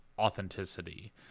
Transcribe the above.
authenticity